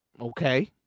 Okay